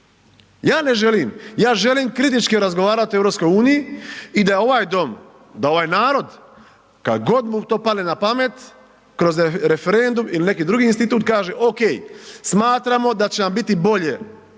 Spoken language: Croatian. ja ne želim. Ja želim kritički razgovarati o EU i da je ovaj Dom, da ovaj narod kad god mu to padne na pamet kroz referendum ili neki drugi institut kaže, ok, smatramo da će nam biti bolje